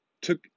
took